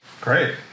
Great